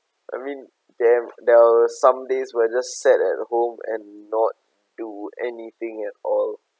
I mean there there were some days where I just sat at home and not do anything at all